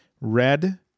Red